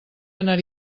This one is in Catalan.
anar